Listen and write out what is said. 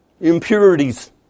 Impurities